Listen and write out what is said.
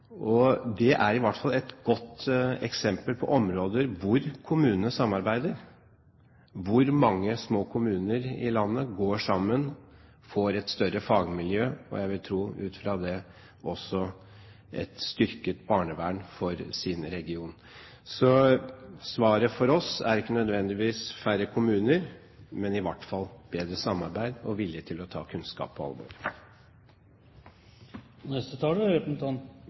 Det er i hvert fall et godt eksempel på et område hvor kommunene samarbeider, hvor mange små kommuner i landet går sammen, får et større fagmiljø – og jeg vil tro ut fra det også et styrket barnevern for sin region. Så svaret for oss er ikke nødvendigvis færre kommuner, men i hvert fall bedre samarbeid og vilje til å ta kunnskap på alvor. Det er